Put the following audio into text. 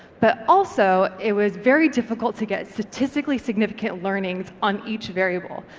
but also it was very difficult to get statistically significant learnings on each variable.